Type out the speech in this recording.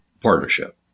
partnership